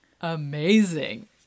amazing